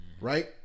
right